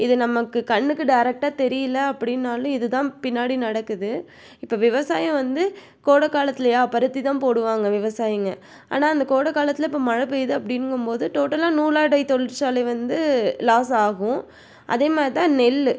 இது நமக்கு கண்ணுக்கு டேரெக்ட்டாக தெரியல அப்படின்னாலும் இது தான் பின்னாடி நடக்குது இப்போ விவசாயம் வந்து கோடை காலத்துலையா பருத்தி தான் போடுவாங்க விவசாயிங்க ஆனால் அந்த கோடை காலத்தில் இப்போ மழை பெய்யுது அப்படின்ங்கும் போது டோட்டலாக நூலாடை தொழிற்சாலை வந்து லாஸ் ஆகும் அதே மாதிரி தான் நெல்